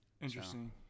Interesting